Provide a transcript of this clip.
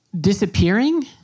disappearing